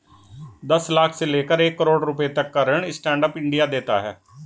दस लाख से लेकर एक करोङ रुपए तक का ऋण स्टैंड अप इंडिया देता है